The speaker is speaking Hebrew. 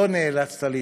לא נאלצת להתמודד.